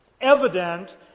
evident